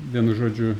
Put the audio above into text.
vienu žodžiu